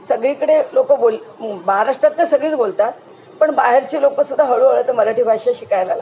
सगळीकडे लोक बोल महाराष्ट्रात तर सगळीच बोलतात पण बाहेरचे लोक सुद्धा हळूहळू तर मराठी भाषा शिकायला लागली